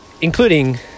including